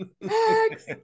Max